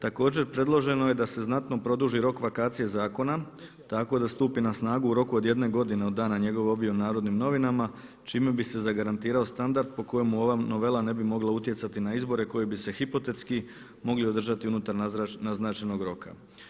Također predloženo je da se znatno produži rok vakacije zakona tako da stupi na snagu u roku od 1 godine od dana njegove objave u Narodnim novinama čime bi se zagarantirao standard po kojemu ova novela ne bi mogla utjecati na izbori koji bi se hipotetski mogli održati unutar naznačenog roka.